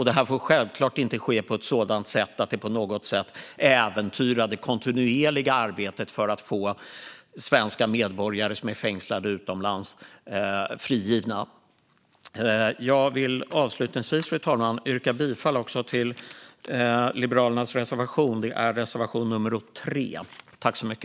Det här får självklart inte ske på ett sådant sätt att det på något vis äventyrar det kontinuerliga arbetet för att få svenska medborgare som är fängslade utomlands frigivna. Jag vill avslutningsvis, fru talman, yrka bifall till Liberalernas reservation 3.